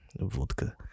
vodka